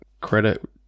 credit